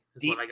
Deep